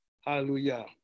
Hallelujah